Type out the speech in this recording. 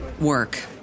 work